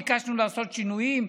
ביקשנו לעשות שינויים,